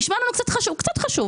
נשמע קצת חשוב.